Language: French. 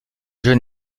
jeu